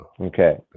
Okay